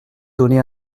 donné